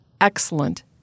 excellent